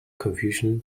confusion